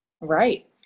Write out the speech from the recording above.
right